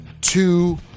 two